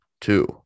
two